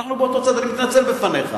אנחנו באותו צד, אני מתנצל בפניך.